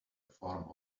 form